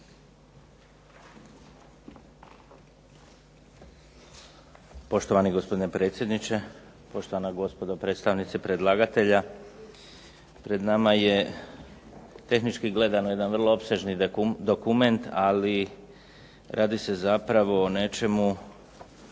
Poštovani gospodine predsjedniče, poštovana gospodo predstavnici predlagatelja. Pred nama je tehnički gledano jedan vrlo opsežni dokument, ali radi se zapravo o nečemu